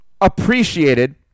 appreciated